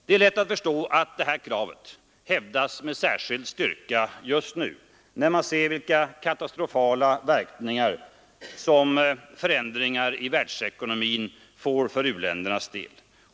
Det är lätt att förstå att det kravet hävdas med särskild styrka just nu, när man ser vilka katastrofala verkningar som förändringar i världsekonomin får för u-ländernas del.